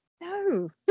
No